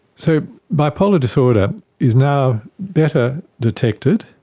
so bipolar disorder is now better detected,